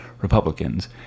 Republicans